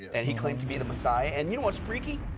and he claimed to be the messiah. and you know what is freaky?